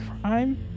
crime